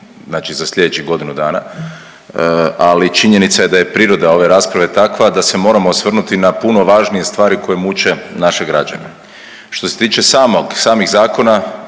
za slijedećih godinu dana, ali činjenica je da je priroda ove rasprave takva da se moramo osvrnuti na puno važnije stvari koje muče naše građane. Što se tiče samog, samih zakona,